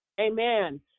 Amen